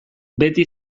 beti